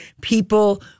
people